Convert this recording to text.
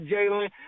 Jalen